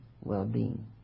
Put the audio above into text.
well-being